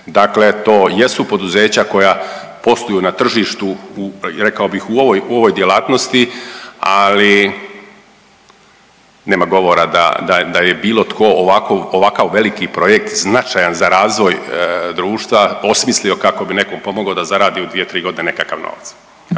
Dakle, to jesu poduzeća koja posluju na tržištu, rekao bih u ovoj djelatnosti ali nema govora da je bilo tko ovako, ovakav veliki projekt značajan za razvoj društva osmislio kako bi nekom pomogao da zaradi u 2-3 godine nekakav novac.